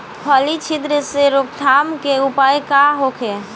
फली छिद्र से रोकथाम के उपाय का होखे?